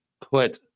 put